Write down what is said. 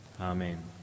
Amen